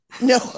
No